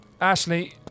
Ashley